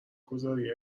گذاری